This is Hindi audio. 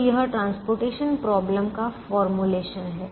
तो यह परिवहन समस्या का सूत्रीकरण फॉर्मूलेशनformulation है